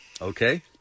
Okay